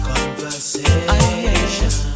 Conversation